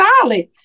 solid